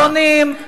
הם ציונים,